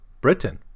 Britain